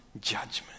judgment